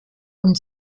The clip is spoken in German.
und